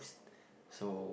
so